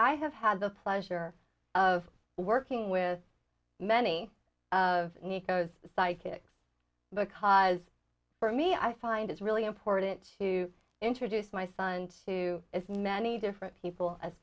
i have had the pleasure of working with many of nikko's psychics because for me i find it's really important to introduce my son to as many different people as